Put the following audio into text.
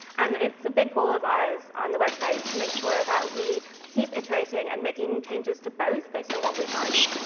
and it's a big goal of ours on the website to make sure that we keep iterating and making changes to both based on what we find.